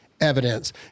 evidence